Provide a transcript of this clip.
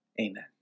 Amen